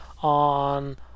on